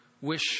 wish